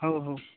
ହଉ ହଉ